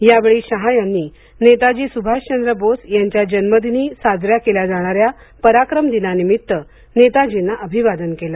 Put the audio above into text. यावेळी शहा यांनी नेताजी सुभाष बोस यांच्या जन्मदिनी साज या केल्या जाणा या पराक्रम दिनानिमित्त नेताजींना अभिवादन केलं